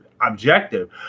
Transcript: objective